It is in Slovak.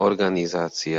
organizácia